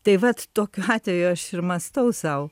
tai vat tokiu atveju aš ir mąstau sau